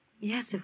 yes